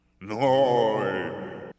No